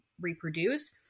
reproduce